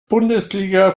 bundesliga